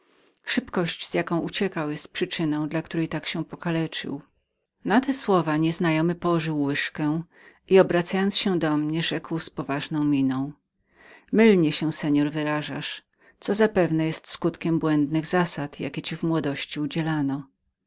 szybkość z jaką uciekał jest przyczyną dla której tak się pokaleczył pokaleczył na te słowa nieznajomy położył łyżeczkę i obracając się do mnie rzekł z poważną miną mylnie się pan wyrażasz co zapewne jest skutkiem błędnych zasad jakich panu w młodości udzielano